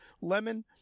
Lemon